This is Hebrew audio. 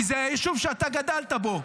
כי זה היישוב שאתה גדלת בו.